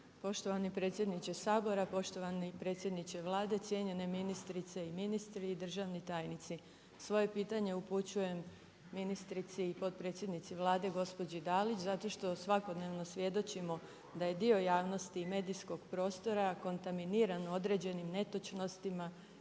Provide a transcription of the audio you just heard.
Poštovani predsjedniče Sabora, poštovani predsjedniče Vlade, cijenjene ministrice i ministri i državni tajnici. Svoje pitanje upućujem ministrici i potpredsjednici Vlade gospođi Dalić zato što svakodnevno svjedočimo da je dio javnosti i medijskog prostora kontaminiran određenim netočnostima